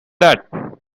that